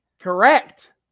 correct